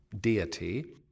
deity